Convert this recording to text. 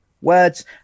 words